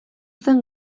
zen